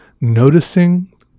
noticing